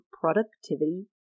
productivity